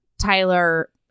Tyler